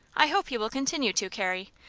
i hope you will continue to, carrie.